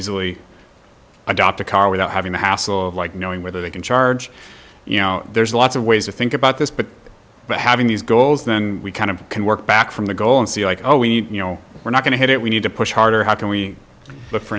easily adopt a car without having the hassle like knowing whether they can charge you know there's lots of ways to think about this but by having these goals then we kind of can work back from the goal and see like oh we need you know we're not going to get it we need to push harder how can we look for